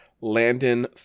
Landon